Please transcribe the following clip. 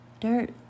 dirt